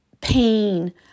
pain